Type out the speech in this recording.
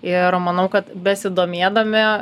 ir manau kad besidomėdami